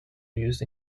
used